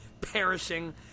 perishing